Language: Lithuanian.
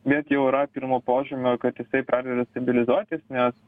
bet jau yra pirmo požymio kad jisai pradeda stabilizuotis nes